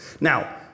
Now